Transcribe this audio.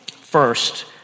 First